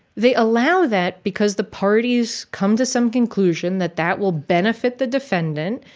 they allow that because the parties come to some conclusion that that will benefit the defendant.